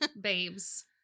babes